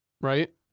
Right